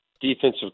defensive